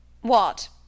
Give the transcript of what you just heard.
What